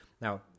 Now